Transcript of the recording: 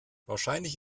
wahrscheinlich